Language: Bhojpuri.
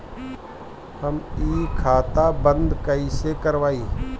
हम इ खाता बंद कइसे करवाई?